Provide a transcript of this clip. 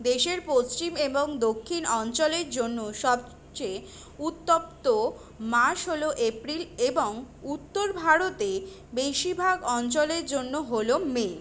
দেশের পশ্চিম এবং দক্ষিণ অঞ্চলের জন্য সবচেয়ে উত্তপ্ত মাস হল এপ্রিল এবং উত্তর ভারতে বেশিরভাগ অঞ্চলের জন্য হল মে